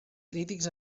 crítics